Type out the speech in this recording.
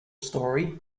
story